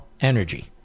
energy